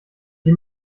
die